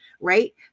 Right